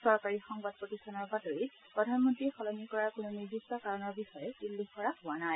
চৰকাৰী সংবাদ প্ৰতিষ্ঠানৰ বাতৰিত প্ৰধানমন্ত্ৰী সলনি কৰাৰ কোনো নিৰ্দিষ্ট কাৰণৰ বিষয়ে উল্লেখ কৰা হোৱা নাই